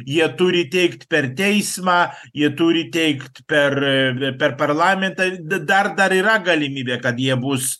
jie turi teikt per teismą jie turi teikt per per parlamentą da dar dar yra galimybė kad jie bus